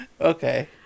Okay